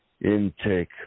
intake